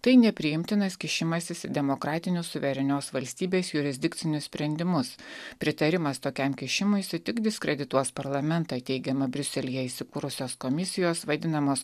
tai nepriimtinas kišimasis į demokratinius suverenios valstybės jurisdikcinius sprendimus pritarimas tokiam kišimuisi tik diskredituos parlamentą teigiama briuselyje įsikūrusios komisijos vadinamos